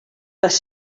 les